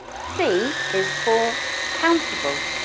c is for countable.